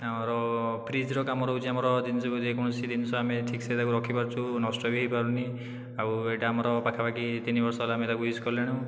ଆମର ଫ୍ରିଜର କାମ ରହୁଛି ଆମର ଜିନିଷକୁ ଯେକୌଣସି ଜିନିଷ ଆମେ ଠିକ୍ସେ ତାକୁ ରଖିପାରୁଛୁ ନଷ୍ଟ ବି ହୋଇପାରୁନି ଆଉ ଏଇଟା ଆମର ପାଖାପାଖି ତିନି ବର୍ଷ ହେଲା ଆମେ ତାକୁ ୟୁଜ କଲୁଣୁ